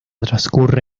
transcurre